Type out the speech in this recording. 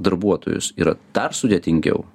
darbuotojus yra dar sudėtingiau